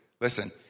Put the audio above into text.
listen